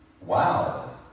Wow